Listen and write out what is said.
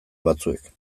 batzuek